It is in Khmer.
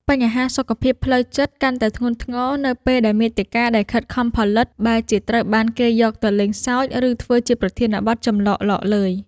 បញ្ហាសុខភាពផ្លូវចិត្តកាន់តែធ្ងន់ធ្ងរ នៅពេលដែលមាតិកាដែលខិតខំផលិត បែរជាត្រូវបានគេយកទៅលេងសើច ឬធ្វើជាប្រធានបទចំអកឡកឡើយ។